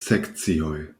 sekcioj